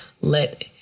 let